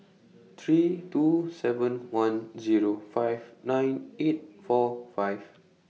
three two seven one Zero five nine eight four five